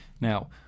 Now